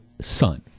son